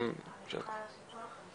יחד עם היחידה לבטחון.